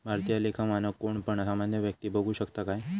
भारतीय लेखा मानक कोण पण सामान्य व्यक्ती बघु शकता काय?